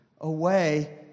away